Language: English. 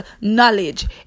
knowledge